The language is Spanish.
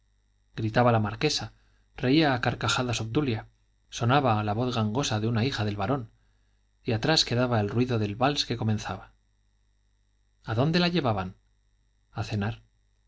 gritaba la marquesa reía a carcajadas obdulia sonaba la voz gangosa de una hija del barón y atrás quedaba el ruido del wals que comenzaba a dónde la llevaban a cenar